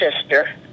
sister